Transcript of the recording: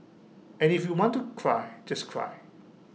and if you want to cry just cry